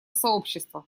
сообщества